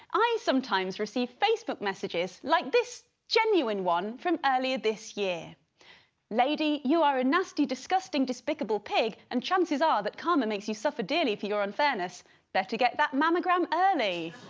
i sometimes receive facebook messages like this genuine one from earlier this year lady you are a nasty disgusting despicable pig and chances are that karma makes you suffer dearly for your unfairness better to get that mammogram? early